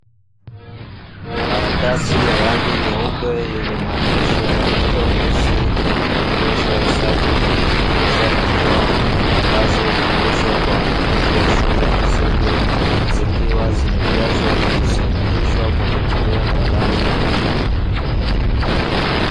Karatasi ya rangi nyeupe yenye maandishi ya rangi nyeusi yanayoonyesha hesabu za kujumlisha na kutoa ambazo hufundishwa kwa wanafunzi wa shule ya msingi, zikiwa zimejazwa na kusahihishwa kwa kutumia kalamu nyekundu.